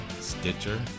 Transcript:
Stitcher